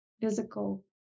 physical